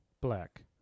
Black